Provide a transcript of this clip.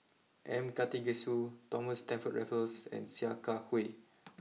M Karthigesu Thomas Stamford Raffles and Sia Kah Hui